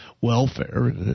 welfare